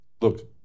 Look